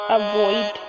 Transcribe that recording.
avoid